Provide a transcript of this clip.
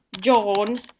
John